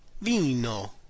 Vino